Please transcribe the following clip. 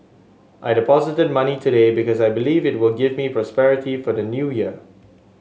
I deposited money today because I believe it will give me prosperity for the New Year